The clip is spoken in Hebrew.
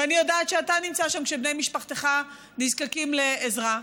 ואני יודעת שאתה נמצא שם כשבני משפחתך נזקקים לעזרה,